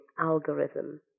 algorithm